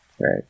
Right